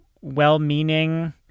well-meaning